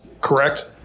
correct